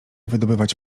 wydobywać